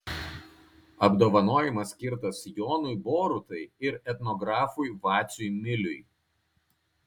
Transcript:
apdovanojimas skirtas jonui borutai ir etnografui vaciui miliui